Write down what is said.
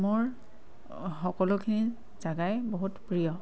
মোৰ সকলোখিনি জেগাই বহুত প্ৰিয়